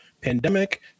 pandemic